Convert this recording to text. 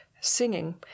singing